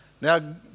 Now